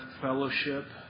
fellowship